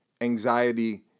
anxiety